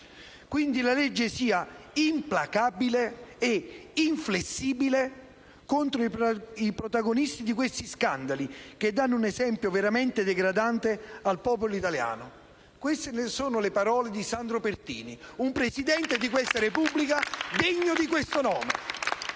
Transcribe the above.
Quindi la legge sia implacabile e inflessibile contro i protagonisti di questi scandali, che danno un esempio veramente degradante al popolo italiano». Queste sono le parole di Sandro Pertini, un Presidente di questa Repubblica degno di questo nome.